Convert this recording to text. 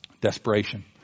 Desperation